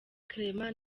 clement